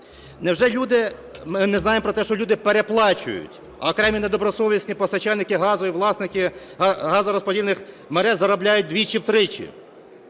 Невже ми не знаємо про те, що люди переплачують, а окремі недобросовісні постачальники газу і власники газорозподільних мереж заробляють вдвічі-втричі?